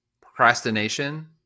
procrastination